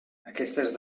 aquestes